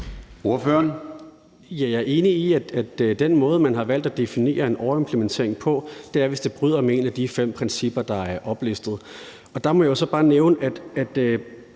Jeg er enig i, at med den måde, man har valgt at definere en overimplementering på, er der tale om en overimplementering, hvis det bryder med en af de fem principper, der er oplistet. Der må jeg så bare nævne, at